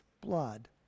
blood